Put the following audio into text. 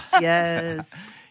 Yes